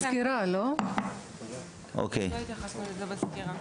לא התייחסנו לזה בסקירה.